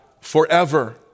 forever